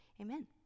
amen